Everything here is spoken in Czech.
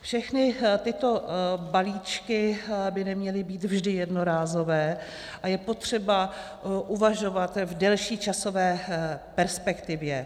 Všechny tyto balíčky by neměly být vždy jednorázové, je potřeba uvažovat v delší časové perspektivě.